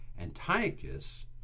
Antiochus